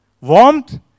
warmth